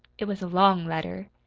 it was a long letter.